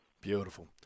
Beautiful